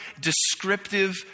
descriptive